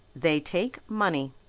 they take money.